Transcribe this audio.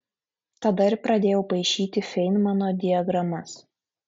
tada ir pradėjau paišyti feinmano diagramas